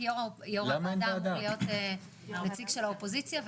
אין ועדה כי יו"ר הוועדה אמור להיות נציג של האופוזיציה,